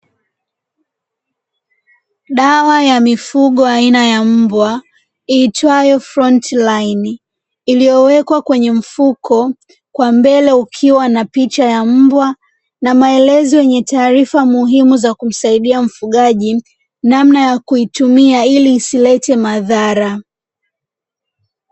Dawa ya mifugo aina ya mbwa, iitwayo "frontline", iliyowekwa kwenye mfuko kwa mbele ukiwa na picha ya mbwa na maelezo yenye taarifa muhimu za kumsaidia mfugaji, namna ya kuitumia ili isilete madhara.